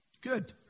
good